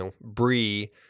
Brie